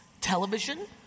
television